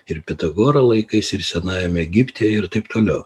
ir pitagoro laikais ir senajame egipte ir taip toliau